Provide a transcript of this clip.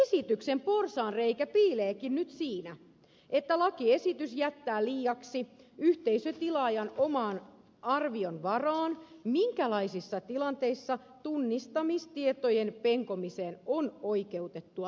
esityksen porsaanreikä piileekin nyt siinä että lakiesitys jättää liiaksi yhteisötilaajan oman arvion varaan minkälaisissa tilanteissa tunnistamistietojen penkomiseen on oikeutettua lähteä